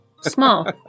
Small